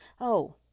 Oh